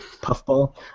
puffball